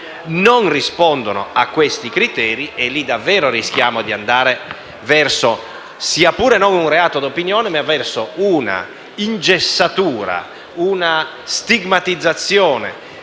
non rispondono a questi criteri, e lì davvero rischiamo di andare non verso un reato di opinione, ma verso una ingessatura, una stigmatizzazione